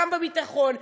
גם בביטחון,